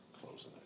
closing